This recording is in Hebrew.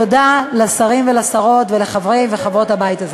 תודה לשרים ולשרות ולחברי ולחברות הבית הזה.